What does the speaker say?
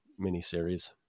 miniseries